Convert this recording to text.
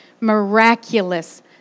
miraculous